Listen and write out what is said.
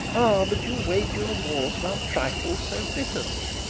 ah! but you wage your wars about trifles so bitterly